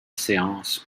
séance